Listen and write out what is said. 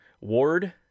Ward